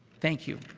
thank you.